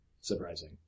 surprising